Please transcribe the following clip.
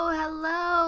hello